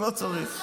לא צריך.